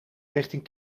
richting